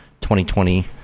2020